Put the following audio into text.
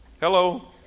Hello